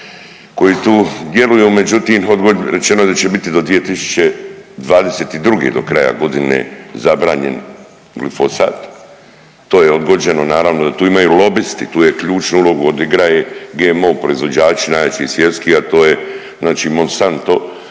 koji tu djeluju, međutim, rečeno je da će biti do 2022. do kraja godine zabranjen glifosat, to je odgođeno, naravno jer tu ima i lobisti, tu je ključnu ulogu odigraje GMO proizvođači najjači svjetski, a to je znači